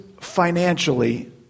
financially